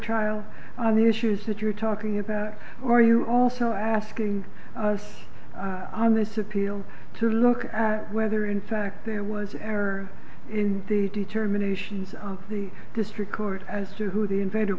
trial on the issues that you're talking about or you are also asking us on this appeal to look at whether in fact there was an error in the determination of the district court as to who the invade